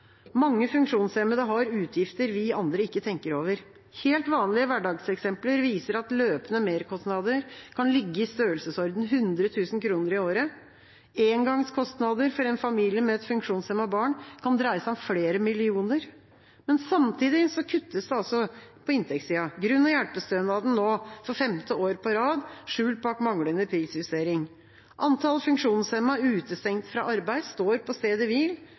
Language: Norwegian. Mange funksjonshemmede har utgifter vi andre ikke tenker over. Helt vanlige hverdagseksempler viser at løpende merkostnader kan ligge i størrelsesordenen 100 000 kr i året. Engangskostnader for en familie med et funksjonshemmet barn kan dreie seg om flere millioner. Samtidig kuttes det altså på inntektssida, i grunn- og hjelpestønaden, for femte år på rad, skjult bak manglende prisjustering. Antall funksjonshemmede utestengt fra arbeid står på stedet hvil,